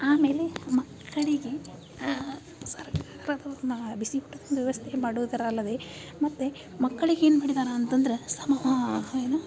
ಆಮೇಲೆ ಮಕ್ಕಳಿಗೆ ಸರ್ಕಾರದ ಬಿಸಿ ಊಟದ ಒಂದು ವ್ಯವಸ್ಥೆ ಮಾಡೋದಲ್ಲದೆ ಮತ್ತು ಮಕ್ಕಳಿಗೆ ಏನು ಮಾಡಿದ್ದಾರೆ ಅಂತಂದ್ರೆ ಸಮಾ ಏನು